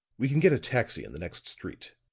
we can get a taxi in the next street.